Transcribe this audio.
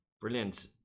Brilliant